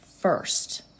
first